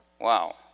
Wow